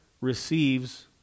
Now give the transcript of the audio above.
receives